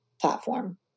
platform